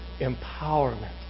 empowerment